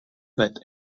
that